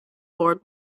board